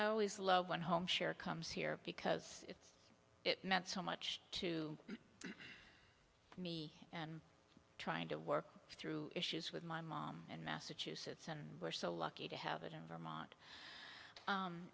you always love when homeshare comes here because it meant so much to me and trying to work through issues with my mom in massachusetts and we're so lucky to have it in vermont